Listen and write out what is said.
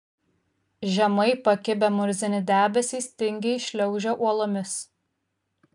žemai pakibę murzini debesys tingiai šliaužė uolomis